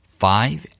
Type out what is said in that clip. five